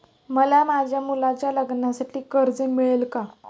मला माझ्या मुलाच्या लग्नासाठी कर्ज मिळेल का?